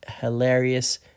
hilarious